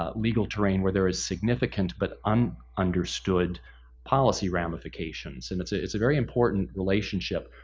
ah legal terrain where there is significant but um un-understood policy ramifications, and it's ah it's a very important relationship.